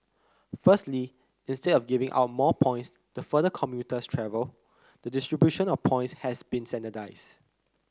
firstly instead of giving out more points the further commuters travel the distribution of points has been standardized